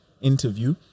interview